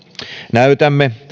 näytämme